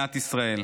למדינת ישראל.